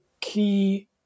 key